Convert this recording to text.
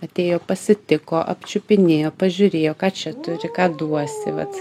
atėjo pasitiko apčiupinėjo pažiūrėjo ką čia turi ką duosi vat